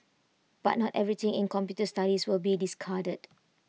but not everything in computer studies will be discarded